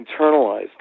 internalized